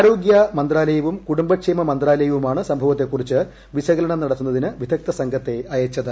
ആരോഗ്യ മന്ത്രാലയവും കുടുംബക്ഷേമ മന്ത്രാലയവുമാണ് സംഭവത്തെക്കുറിച്ച് വിശകലനം നടത്തുന്നതിന് വിദഗ്ധ സംഘത്തെ അയച്ചത്